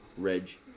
Reg